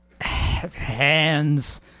hands